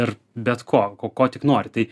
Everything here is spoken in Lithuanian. ir bet ko ko tik nori tai